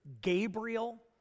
Gabriel